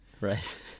Right